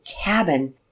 cabin